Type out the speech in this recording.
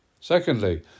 secondly